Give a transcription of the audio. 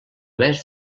més